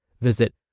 Visit